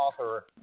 author